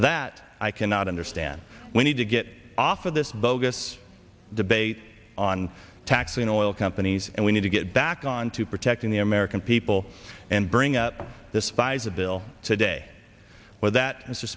that i cannot understand we need to get off of this bogus debate on taxing oil companies and we need to get back on to protecting the american people and bring up this fight is a bill today where that